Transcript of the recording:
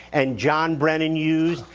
and john brennan used,